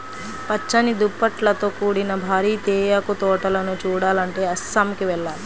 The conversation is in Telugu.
పచ్చని దుప్పట్లతో కూడిన భారీ తేయాకు తోటలను చూడాలంటే అస్సాంకి వెళ్ళాలి